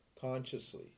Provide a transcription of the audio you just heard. consciously